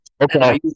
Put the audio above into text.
Okay